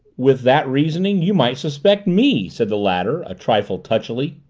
with that reasoning you might suspect me! said the latter a trifle touchily.